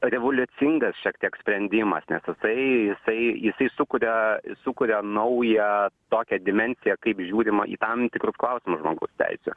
revoliucingas šiek tiek sprendimas ne jisai jisai jisai sukuria sukuria naują tokią dimensiją kaip žiūrima į tam tikrus klausimus žmogaus teisių